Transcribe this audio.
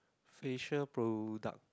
facial product